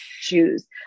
choose